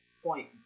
Point